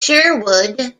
sherwood